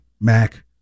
Mac